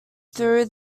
through